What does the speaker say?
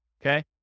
Okay